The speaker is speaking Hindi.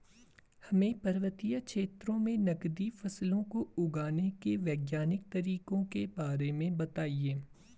हमें पर्वतीय क्षेत्रों में नगदी फसलों को उगाने के वैज्ञानिक तरीकों के बारे में बताइये?